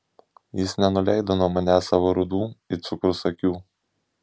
jis nenuleido nuo manęs savo rudų it cukrus akių